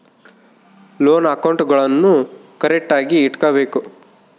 loan ಅಕೌಂಟ್ಗುಳ್ನೂ ಕರೆಕ್ಟ್ಆಗಿ ಇಟಗಬೇಕು